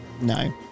No